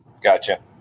Gotcha